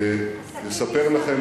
עסקים נסגרים,